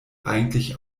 eigentlich